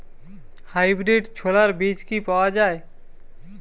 Hybrid ছোলার বীজ কি পাওয়া য়ায়?